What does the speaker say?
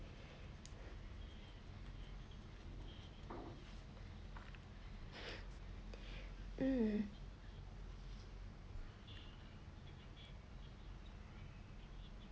um